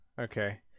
okay